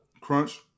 Crunch